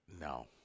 No